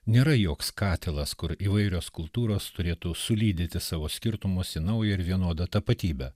nėra joks katilas kur įvairios kultūros turėtų sulydyti savo skirtumus į naują ir vienodą tapatybę